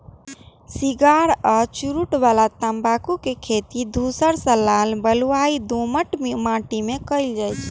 cigar आ चुरूट बला तंबाकू के खेती धूसर सं लाल बलुआही दोमट माटि मे कैल जाइ छै